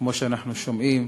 כמו שאנחנו שומעים,